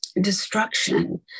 destruction